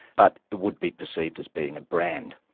but would be perceived as being a brand,